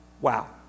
wow